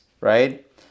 right